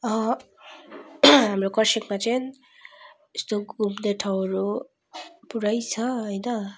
हाम्रो कर्सियङमा चाहिँ यस्तो घुम्ने ठाउँहरू पुरै छ होइन